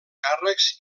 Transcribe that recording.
càrrecs